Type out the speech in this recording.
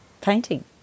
painting